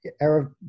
Arab